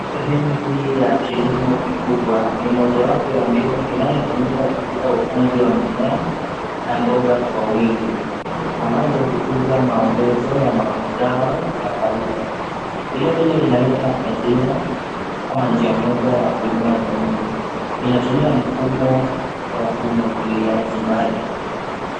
Sehemu hii ya kilimo kikubwa ni mojawapo ya mbinu inayotumika katika upanzi wa mimea na mboga kwa wingi ambazo hukuza maongezo ya mazao ya kawaida. Vilevile, inaleta ajira kama njia moja ya kuinua jamii. Inatumia mfumo wa umwagiliaji maji.